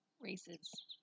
Races